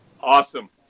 Awesome